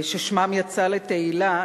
ששמו יצא לתהילה,